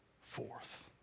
forth